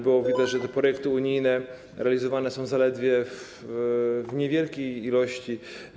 Było widać, że projekty unijne realizowane są zaledwie w niewielkim stopniu.